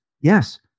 Yes